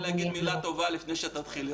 אני רוצה לומר מילה טובה לפני שתתחילי,